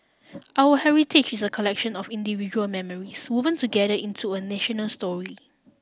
our heritage is a collection of individual memories woven together into a national story